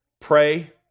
Pray